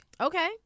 Okay